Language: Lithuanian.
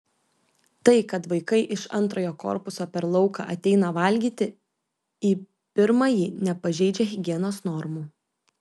tai kad vaikai iš antrojo korpuso per lauką ateina valgyti į pirmąjį nepažeidžia higienos normų